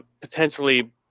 potentially